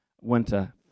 winter